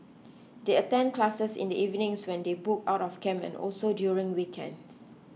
they attend classes in the evenings when they book out of camp and also during the weekends